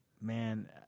man